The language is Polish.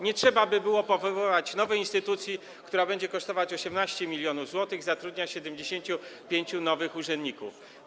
Nie trzeba by było powoływać nowej instytucji, która będzie kosztować 18 mln zł i zatrudniać 75 nowych urzędników.